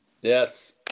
yes